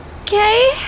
okay